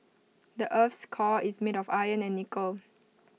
the Earth's core is made of iron and nickel